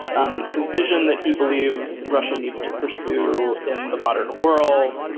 um the vision that he believes russia needs to pursue in the modern world.